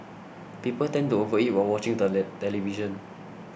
people tend to overeat while watching the television